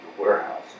warehouse